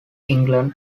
england